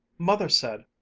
mother said,